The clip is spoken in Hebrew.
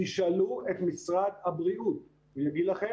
תשאלו את משרד הבריאות והוא יגיד לכם